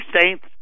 saints